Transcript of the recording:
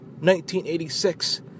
1986